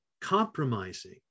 compromising